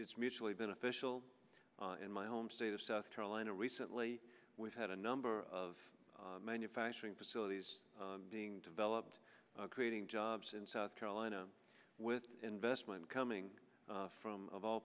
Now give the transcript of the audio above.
es mutually beneficial in my home state of south carolina recently we've had a number of manufacturing facilities being developed creating jobs in south carolina with investment coming from of all